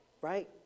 right